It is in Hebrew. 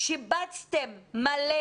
שיבצתם מלא.